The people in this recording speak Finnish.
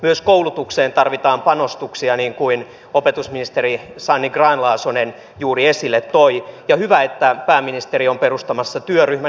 myös koulutukseen tarvitaan panostuksia niin kuin opetusministeri sanni grahn laasonen juuri esille toi ja on hyvä että pääministeri on perustamassa työryhmän